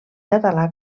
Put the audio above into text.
català